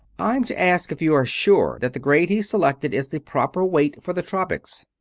i'm to ask if you are sure that the grade he selected is the proper weight for the tropics.